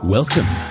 Welcome